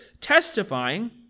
testifying